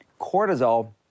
Cortisol